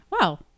Wow